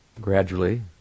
gradually